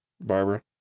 Barbara